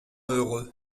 heureux